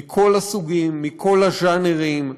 מכל הסוגים, מכל הז'אנרים,